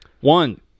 One